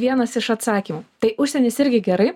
vienas iš atsakymų tai užsienis irgi gerai